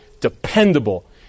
dependable